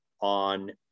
on